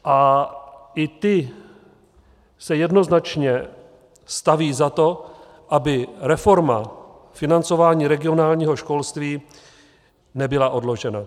A i ty se jednoznačně staví za to, aby reforma financování regionálního školství nebyla odložena.